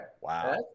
Wow